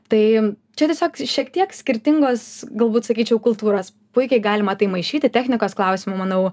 tai čia tiesiog šiek tiek skirtingos galbūt sakyčiau kultūros puikiai galima tai maišyti technikos klausimu manau